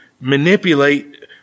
manipulate